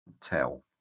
tell